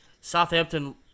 Southampton